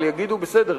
אבל יגידו: בסדר,